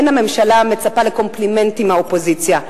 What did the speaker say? אין הממשלה מצפה לקומפלימנטים מהאופוזיציה,